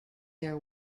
their